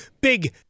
big